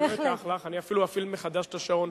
אני אפילו אפעיל מחדש את השעון.